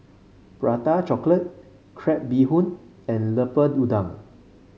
Prata Chocolate Crab Bee Hoon and Lemper Udang